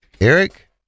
eric